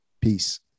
Peace